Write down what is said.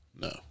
No